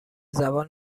زبان